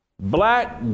Black